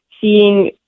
seeing